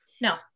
no